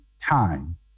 time